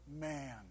man